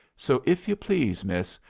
so, if you please, miss,